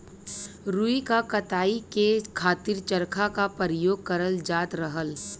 रुई क कताई के खातिर चरखा क परयोग करल जात रहल